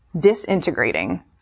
disintegrating